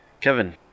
kevin